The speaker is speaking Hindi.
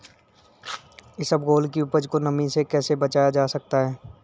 इसबगोल की उपज को नमी से कैसे बचाया जा सकता है?